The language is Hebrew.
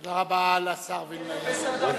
תודה רבה לשר וילנאי.